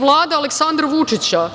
Vlada Aleksandra Vučića,